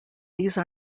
these